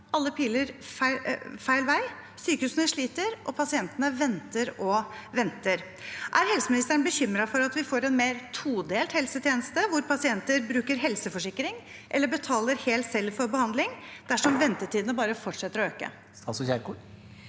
alle piler feil vei. Sykehusene sliter, og pasientene venter og venter. Er helseministeren bekymret for at vi får en mer todelt helsetjeneste, hvor pasienter bruker helseforsikring eller selv betaler for behandling dersom ventetidene bare fortsetter å øke?